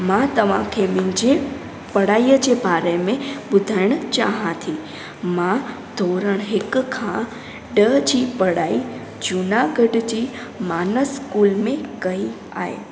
मां तव्हांखे मुंहिंजे पढ़ाईअ जे बारे में ॿुधाइणु चाहिया थी मां धोरण हिकु खां ॾह जी पढ़ाई जूनागढ़ जी मानस स्कूल में कई आहे